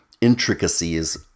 intricacies